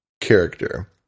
character